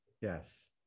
yes